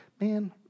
man